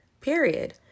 period